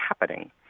happening